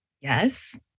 Yes